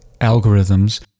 algorithms